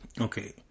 Okay